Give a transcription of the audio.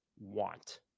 want